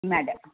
mad